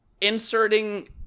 inserting